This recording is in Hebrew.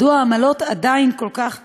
מדוע העמלות עדיין כל כך גבוהות?